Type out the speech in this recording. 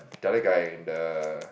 the other guy the